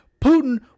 Putin